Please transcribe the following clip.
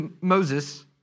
Moses